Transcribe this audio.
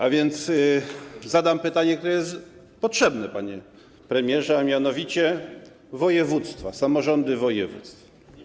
A więc zadam pytanie, które jest potrzebne, panie premierze, a mianowicie o samorządy województw.